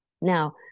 Now